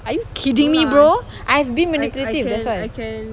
are you kidding me bro I have been manipulated that's why